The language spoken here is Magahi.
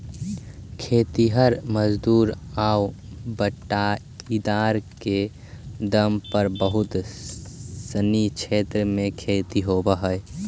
खेतिहर मजदूर आउ बटाईदार के दम पर बहुत सनी क्षेत्र में खेती होवऽ हइ